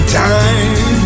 time